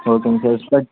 ஓகேங்க sir sir